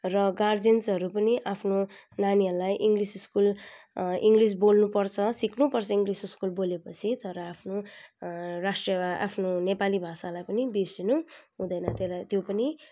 र गार्जेन्सहरू पनि आफ्नो नानीहरूलाई इङ्ग्लिस स्कुल इङ्ग्लिस बोल्नु पर्छ सिक्नुपर्छ इङ्ग्लिस स्कुल बोले पछि तर आफ्नो राष्ट्रिय आफ्नो नेपाली भाषालाई पनि बिर्सिनु हुँदैन त्यसलाई त्यो पनि